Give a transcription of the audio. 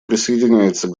присоединяется